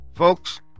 Folks